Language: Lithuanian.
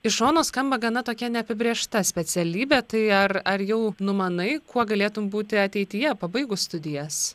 iš šono skamba gana tokia neapibrėžta specialybė tai ar ar jau numanai kuo galėtum būti ateityje pabaigus studijas